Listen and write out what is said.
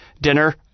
dinner